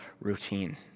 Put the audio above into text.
routine